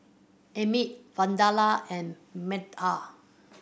Amit Vandana and Medha